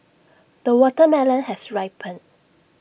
the watermelon has ripened